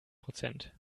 prozent